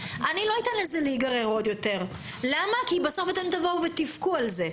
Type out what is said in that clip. אני לא אתן לזה להיגרר עוד יותר כי בסוף אתם תבואו ותבכו על זה,